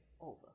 over